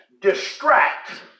distract